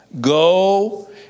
Go